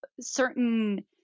certain